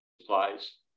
supplies